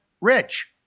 Rich